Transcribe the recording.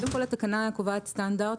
התקנה קובעת סטנדרט,